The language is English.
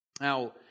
Now